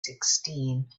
sixteen